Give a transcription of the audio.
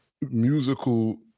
musical